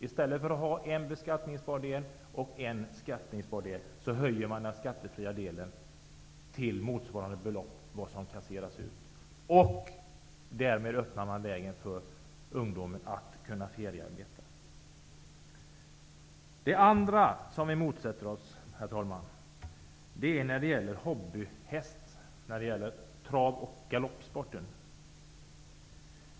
I stället för att ha en beskattningsbar och en skattefri del, höjer man den skattefria delen till motsvarande belopp. Därmed öppnar man vägen för ungdomen att feriearbeta. Det andra som vi motsätter oss, herr talman, är utskottets förslag när det gäller trav och galoppsporten.